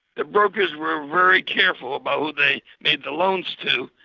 the brokers were very careful about who they made the loans to,